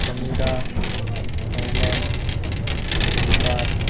Samira Aiman Mumtaz